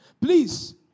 Please